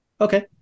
Okay